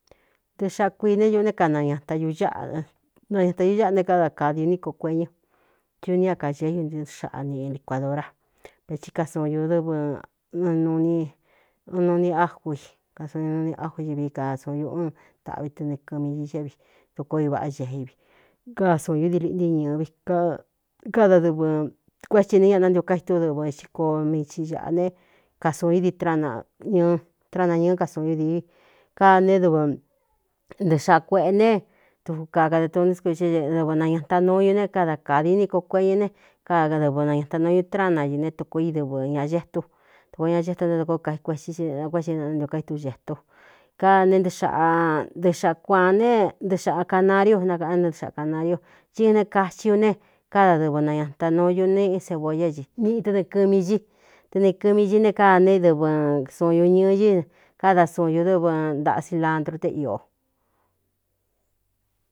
Ntɨxaꞌa kuiī ne ñuꞌú né añaꞌnañatañūú ñáꞌa ne káda kādi ūníko kueñu tuní ña kaxeé ñu nɨɨxaꞌa niꞌ licuādura vetsi kasuun ñūdɨ́vɨ nn n nuni áu i kasuun nɨ nuni áu ivi kaa suun ñūꞌú taꞌvi tɨnɨɨ kɨmi i xéꞌvi duko ivaꞌá xei vi kasuun ñú dii liꞌnti ñɨ̄vi kádadɨvɨ kuétsi ne ñaꞌanántio ka ítú dɨvɨ xíkoo mi ci āꞌa ne kasuun í di rꞌñɨɨtráꞌanañɨ̄ɨ́ kasuun ñú di ka né dvɨ ntɨꞌxaꞌa kueꞌe ne duku ka kada toní s ko ie dɨvɨ nañātaꞌ nuñu ne kada kādi úni ko kueꞌñu ne kaadɨvɨ nañataꞌnu ñu trána i ne tuko i dɨvɨ ñā gétu duko ña xeto nté tuko kai kuetsí ikué xi nntiokaitú getu kaa ne nɨxndɨxaꞌa kuaan ne ntɨxaꞌa canariu nakaꞌané né ntɨxꞌa canariu thí in ne kací u ne kádadɨvɨ nañata nuu ñu ne i seboyá niꞌi te nɨɨkɨmi ñi te nɨɨkɨmi ñi ne káa ne dɨvɨ suun ñū ñɨɨ í káda suun ñūdɨ́vɨ ntaꞌa silandru té io.